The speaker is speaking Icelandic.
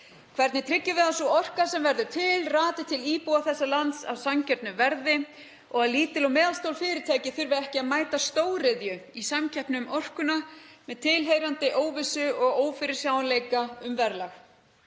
Hvernig tryggjum við að sú orka sem verður til rati til íbúa þessa lands á sanngjörnu verði og að lítil og meðalstór fyrirtæki þurfi ekki að mæta stóriðju í samkeppni um orkuna með tilheyrandi óvissu og ófyrirsjáanleika um verðlag?